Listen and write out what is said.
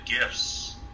gifts